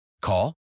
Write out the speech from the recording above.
Call